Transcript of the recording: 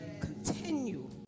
Continue